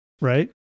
right